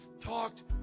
talked